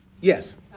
Yes